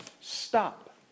stop